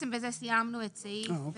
בזה סיימנו את סעיף